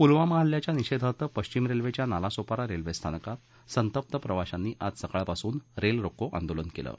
पुलवामा हल्ल्याच्या निषधीर्थ पश्विम रस्त्विद्या नालासोपारा रस्त्विस्थिनकात संतप्त प्रवाशांनी आज सकाळपसून रत्तारोको आंदोलन क्लि